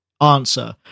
answer